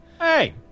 Hey